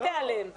אל תיעלם.